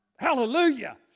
Hallelujah